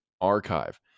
archive